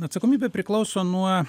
atsakomybė priklauso nuo